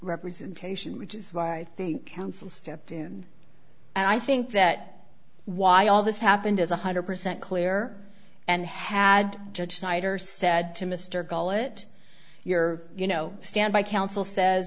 representation which is why i think counsel stepped in and i think that why all this happened as one hundred percent clear and had judge hider said to mr gullit you're you know standby counsel says